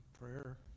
prayer